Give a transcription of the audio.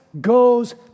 goes